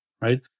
right